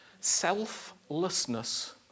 Selflessness